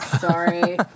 sorry